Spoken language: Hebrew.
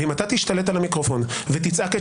ואם אתה תשתלט על המיקרופון ותצעק את